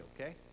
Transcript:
okay